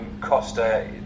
Costa